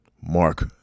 Mark